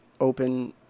open